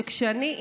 שכשאני,